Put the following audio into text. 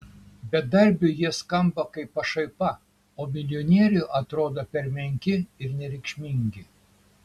bedarbiui jie skamba kaip pašaipa o milijonieriui atrodo per menki ir nereikšmingi